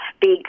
big